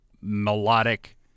melodic